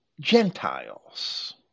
Gentiles